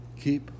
keep